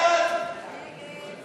סעיפים 1 3